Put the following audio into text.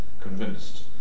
convinced